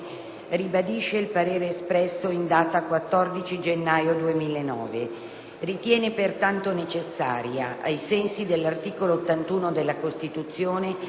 ribadisce il parere espresso in data 14 gennaio 2009. Ritiene pertanto necessaria, ai sensi dell'articolo 81 della Costituzione,